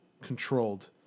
controlled